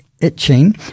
Itching